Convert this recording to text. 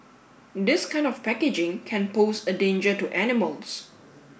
this kind of packaging can pose a danger to animals